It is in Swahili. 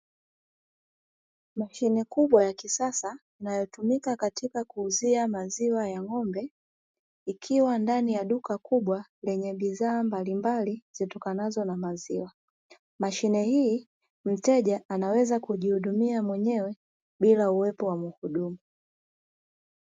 Mashine kubwa ya kisasa inayotumika katika kuuzia maziwa ya ng'ombe, ikiwa ndani ya duka kubwa lenye bidhaa mbalimbali zitokanazo na maziwa. Mashine hii, mteja anaweza kujihudumia mwenyewe bila uwepo wa mhudumu.